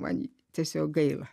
man tiesiog gaila